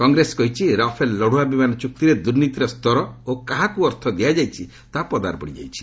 କଂଗ୍ରେସ କହିଛି ରାଫେଲ୍ ଲଢୁଆ ବିମାନ ଚୁକ୍ତିରେ ଦୁର୍ନୀତିର ସ୍ତର ଓ କାହାକୁ ଅର୍ଥ ଦିଆଯାଇଛି ତାହା ପଦାରେ ପଡ଼ିଯାଇଛି